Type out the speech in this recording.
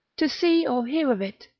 to see or hear of it,